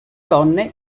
donne